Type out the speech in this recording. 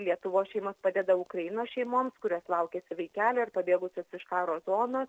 lietuvos šeimos padeda ukrainos šeimoms kurios laukiasi vaikelio ir pabėgusios iš karo zonos